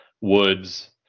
Woods